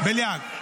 ------ בליאק.